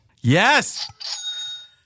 Yes